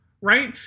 right